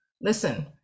listen